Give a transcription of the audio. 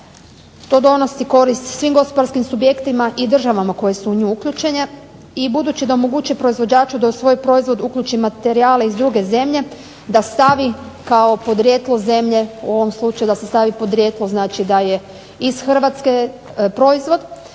to donosi korist svim gospodarskim subjektima i državama koje su u nju uključene i budući da omogućuje proizvođaču da u svoj proizvod uključi materijale iz druge zemlje da stavi kao podrijetlo zemlje u ovom slučaju da se stavi podrijetlo da je iz Hrvatske proizvod,